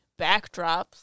backdrops